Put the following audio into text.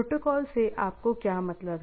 protocol से आपका क्या मतलब है